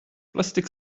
plastic